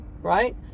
right